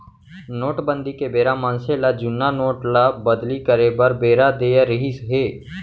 नोटबंदी के बेरा मनसे ल जुन्ना नोट ल बदली करे बर बेरा देय रिहिस हे